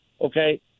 okay